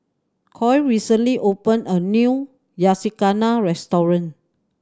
Coy recently opened a new Yakizakana Restaurant